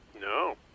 No